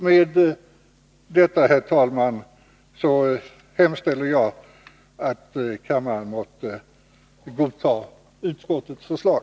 Med detta, herr talman, hemställer jag att kammaren måtte godta utskottets förslag.